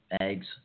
eggs